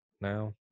Now